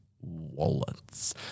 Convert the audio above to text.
wallets